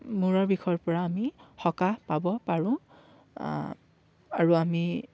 মূৰৰ বিষৰ পৰা আমি সকাহ পাব পাৰোঁ আৰু আমি